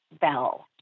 bell